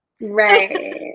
right